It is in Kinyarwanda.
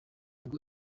ngo